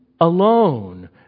alone